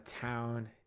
town